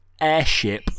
Airship